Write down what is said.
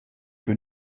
que